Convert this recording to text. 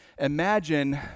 Imagine